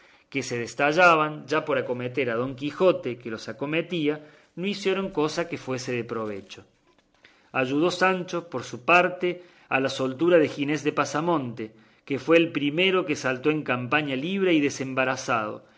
que se desataban ya por acometer a don quijote que los acometía no hicieron cosa que fuese de provecho ayudó sancho por su parte a la soltura de ginés de pasamonte que fue el primero que saltó en la campaña libre y